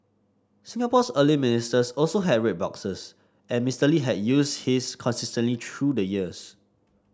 Singapore's early ministers also have red boxes and Mister Lee had used his consistently through the years